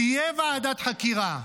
תהיה ועדת חקירה,